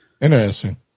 interesting